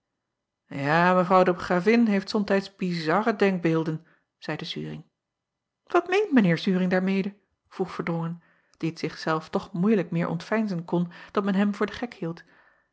a evrouw de ravin heeft somtijds bizarre denkbeelden zeide uring at meent mijn eer uring daar mede vroeg erdrongen die t zich zelf toch moeielijk meer ontveinzen kon dat men hem voor den gek hield